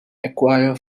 acquire